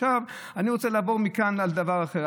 אני רוצה לעבור מכאן לדבר אחר,